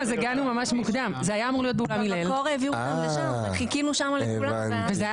יש עוד הערות כלליות של